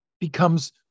becomes